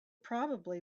probably